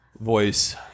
voice